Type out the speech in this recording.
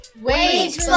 Wait